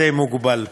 די מוגבל,